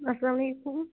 اَسلامُ علیکُم